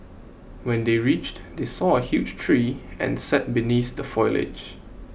when they reached they saw a huge tree and sat beneath the foliage